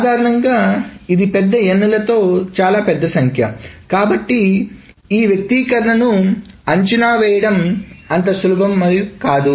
సాధారణంగా ఇది పెద్ద n లతో చాలా పెద్ద సంఖ్య కాబట్టి ఈ వ్యక్తీకరణను అంచనా వేయడం అంత సులభం కాదు